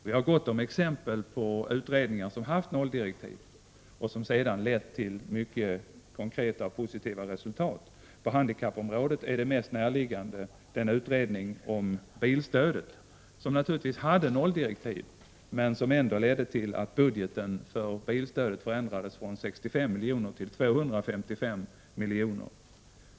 Vi har gott om exempel på utredningar som har haft nolldirektiv och som sedan lett till mycket konkreta och positiva resultat. På handikappområdet är det mest närliggande exemplet utredningen om bilstödet. Den utredningen hade nolldirektiv men ledde ändå till att budgeten för bilstödet ändrades från 65 miljoner till 255 miljoner.